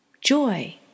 joy